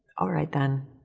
alright then,